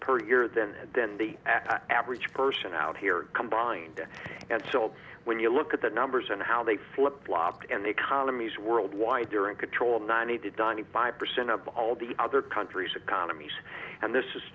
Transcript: per year than than the average person out here combined and so when you look at the numbers and how they flip flopped and economies worldwide they're in control ninety to dani five percent of all the other countries economies and this is